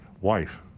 wife